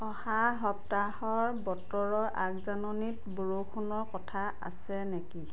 অহা সপ্তাহৰ বতৰৰ আগজাননীত বৰষুণৰ কথা আছে নেকি